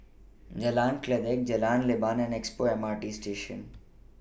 Jalan Kledek Jalan Leban and Expo M R T Station